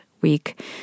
week